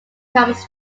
comes